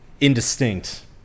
Indistinct